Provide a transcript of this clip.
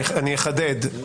אני אחדד,